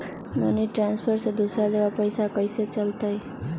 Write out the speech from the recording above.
Money transfer से दूसरा जगह पईसा चलतई?